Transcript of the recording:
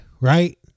right